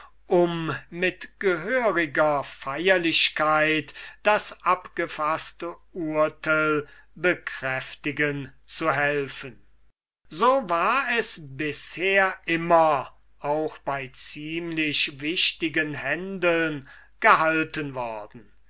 um mit gehöriger feierlichkeit das abgefaßte urtel zu bekräftigen so war es bisher immer auch bei ziemlich wichtigen händeln gehalten worden